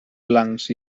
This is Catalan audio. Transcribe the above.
blancs